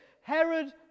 Herod